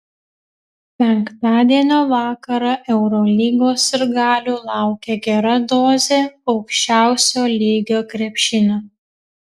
penktadienio vakarą eurolygos sirgalių laukia gera dozė aukščiausio lygio krepšinio